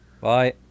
Bye